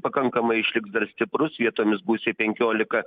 pakankamai išliks dar stiprus vietomis gūsiai penkiolika